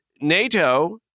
NATO